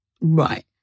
Right